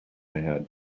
ahead